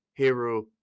Hero